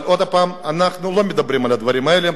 אבל עוד פעם, אנחנו לא מדברים על הדברים האלה.